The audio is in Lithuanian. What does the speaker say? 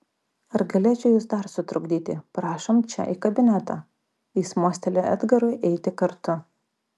ar galėčiau jus dar sutrukdyti prašom čia į kabinetą jis mostelėjo edgarui eiti kartu